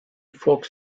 folk